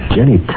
Jenny